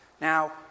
Now